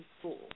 school